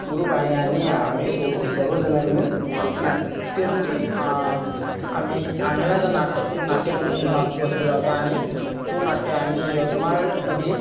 group आहे आणि आम्ही सो सर्वजणं मिळून नाट्य आम्ही आंधळ्याचं नाटक नाट्य म्हणून भाग बसविला होता आणि तो नाट्य आम्ही यवतमाळमध्ये